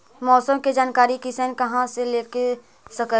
मौसम के जानकारी किसान कहा से ले सकै है?